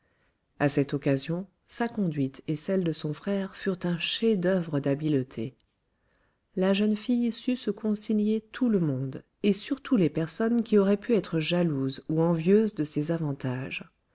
à cette occasion sa conduite et celle de son frère furent un chef-d'oeuvre d'habileté la jeune fille sut se concilier tout le monde et surtout les personnes qui auraient pu être jalouses ou envieuses de ses avantages